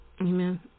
Amen